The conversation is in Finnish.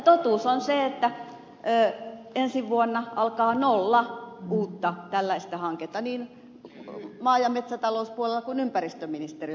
totuus on se että ensi vuonna alkaa nolla uutta tällaista hanketta niin maa ja metsätalouspuolella kuin ympäristöministeriön puolella